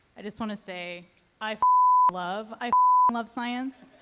i just want to say i ah love i love science.